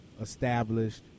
established